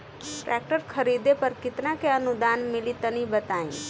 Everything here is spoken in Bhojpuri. ट्रैक्टर खरीदे पर कितना के अनुदान मिली तनि बताई?